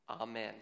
Amen